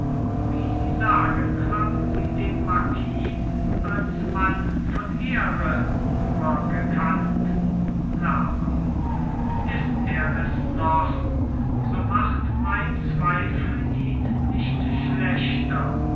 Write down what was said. wie sie sagen haben sie den marquis als mann von ehre nur gekannt lerma ist er es noch so macht mein zweifel ihn nicht schlechter